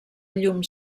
llum